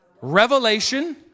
revelation